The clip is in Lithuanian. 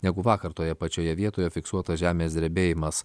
negu vakar toje pačioje vietoje fiksuotas žemės drebėjimas